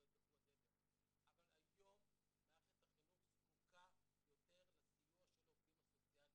אבל היום מערכת החינוך זקוקה יותר לסיוע של העובדים הסוציאליים,